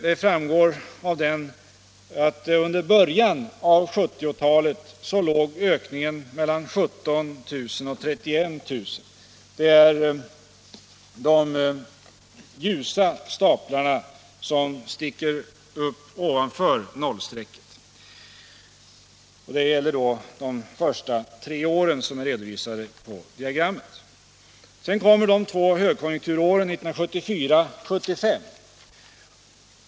Det framgår av den att under början av 1970-talet låg ökningen mellan 17 000 och 31 000. Det är de ljusa staplarna, som sticker upp ovanför nollstrecket, och de avser de första tre åren som är redovisade på diagrammet. Sedan kommer de två högkonjunkturåren 1974 och 1975.